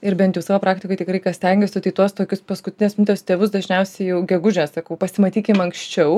ir bent jau savo praktikoj tikrai ką stengiuosi tai tuos tokius paskutinės minutės tėvus dažniausiai jau gegužę sakau pasimatykim anksčiau